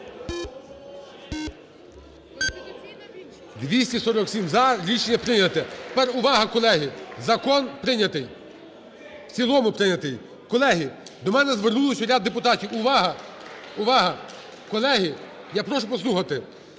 За-247 Рішення прийнято. Тепер, увага, колеги! Закон прийнятий, в цілому прийнятий. Колеги, до мене звернулись ще ряд депутатів. Увага! Увага! Колеги, я прошу послухати.